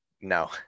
no